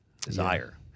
desire